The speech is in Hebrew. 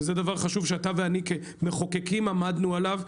וזה דבר חשוב שאתה ואני כמחוקקים עמדנו עליו,